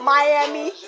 Miami